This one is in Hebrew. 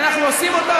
ואנחנו עושים אותה.